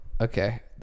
Okay